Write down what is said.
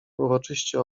uroczyście